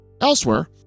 Elsewhere